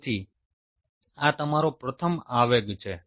તેથી આ તમારો પ્રથમ આવેગ છે